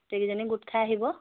গোটেইকেইজনী গোট খাই আহিব